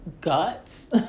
guts